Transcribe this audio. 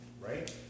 right